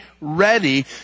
ready